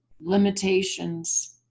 limitations